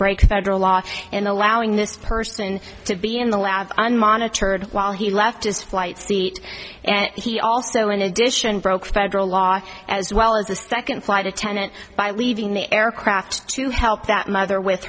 federal law in allowing this person to be in the lab and monitored while he left his flight seat and he also in addition broke federal law as well as a second flight attendant by leaving the aircraft to help that mother with